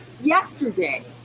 yesterday